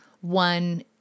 one